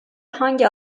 hangi